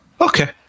okay